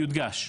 יודגש.